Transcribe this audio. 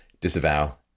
disavow